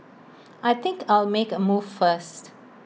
I think I'll make A move first